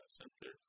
center